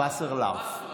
וסרלאוף.